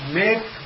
make